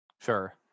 Sure